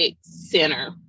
Center